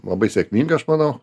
labai sėkmingą aš manau